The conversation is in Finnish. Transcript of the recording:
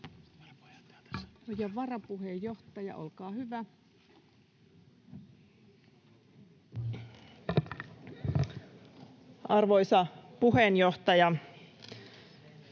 Varapuheenjohtaja, olkaa hyvä. Arvoisa puheenjohtaja!